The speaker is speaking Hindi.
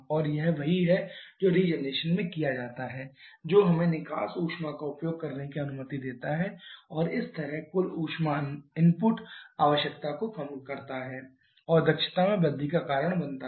और यह वही है जो रीजेनरेशन में किया जाता है जो हमें निकास ऊष्मा का उपयोग करने की अनुमति देता है और इस तरह कुल ऊष्मा इनपुट आवश्यकता को कम करता है और दक्षता में वृद्धि का कारण बनता है